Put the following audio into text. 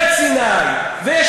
חברי חברי הכנסת,